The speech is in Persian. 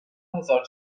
هزار